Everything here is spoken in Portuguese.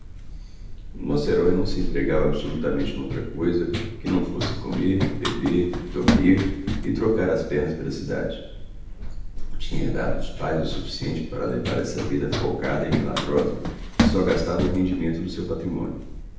o nosso herói não se empregava absolutamente noutra coisa que não fosse comer beber dormir e trocar as pernas pela cidade tinha herdado dos pais o suficiente para levar essa vida folgada e milagrosa e só gastava o rendimento do seu patrimônio